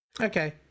Okay